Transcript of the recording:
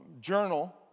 journal